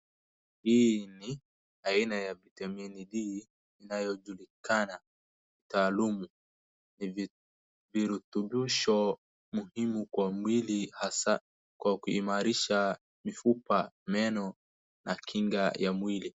Hii ni aina ya vitamin D inayojulikana taalumu ni viirutubisho muhimu kwa mwili hasa kwa kuimarisha, mifupa ,meno na kinga ya mwili.